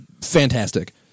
fantastic